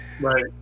Right